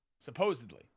supposedly